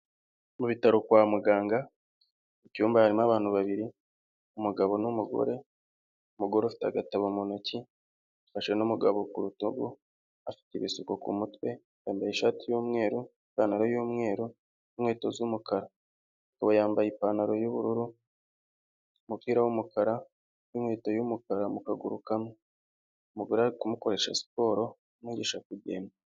Mu bitaro kwa muganga mu cyumba harimo abantu babiri umugabo n'umugore, mugore ufite agatabo mu ntoki bafashe n'umugabo ku rutugu afite ibisuko ku mutwe yambaye ishati y'umweru ipantaro y'umweru n'inkweto z'umukara, umugabo yambaye ipantaro y'ubururu, umupira w'umukara n'inkweto y'umukara mu kaguru kamwe umugore arikumukoresha siporo amwigisha kugenda.